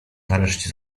nareszcie